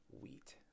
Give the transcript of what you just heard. wheat